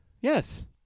Yes